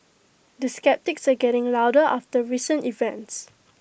the sceptics are getting louder after recent events